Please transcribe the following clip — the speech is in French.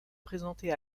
présentait